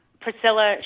Priscilla